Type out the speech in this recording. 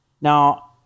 Now